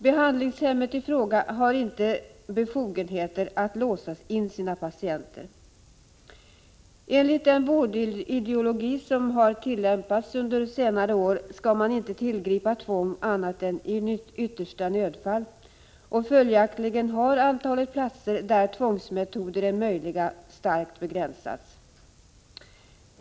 Behandlingshemmet i fråga har inte befogenheter att låsa in sina patienter. Enligt den vårdideologi som har tillämpats under senare år skall man inte tillgripa tvång annat än i yttersta nödfall, och följaktligen har antalet platser där tvångsmetoder är möjliga starkt begränsats.